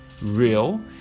real